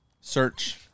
search